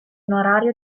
onorario